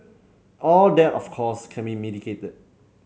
all that of course can be mitigated